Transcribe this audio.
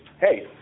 Hey